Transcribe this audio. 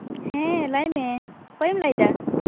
ᱦᱮᱸ ᱞᱟᱹᱭ ᱢᱮ ᱚᱠᱚᱭᱮᱢ ᱞᱟᱹᱭ ᱮᱫᱟ